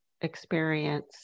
experience